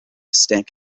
stack